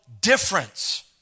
difference